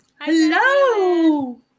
Hello